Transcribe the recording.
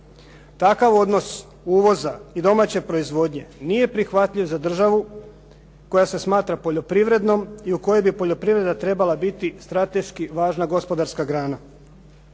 takav odnos uvoza i domaće proizvodnje nije prihvatljiv za državu koja se smatra poljoprivrednom i u kojoj bi poljoprivreda trebala biti strateški važna gospodarska grana.